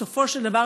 בסופו של דבר,